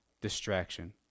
distraction